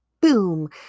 boom